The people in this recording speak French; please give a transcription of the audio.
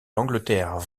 l’angleterre